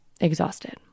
exhausted